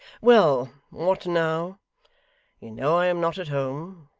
well. what now? you know i am not at home